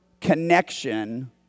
connection